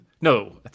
no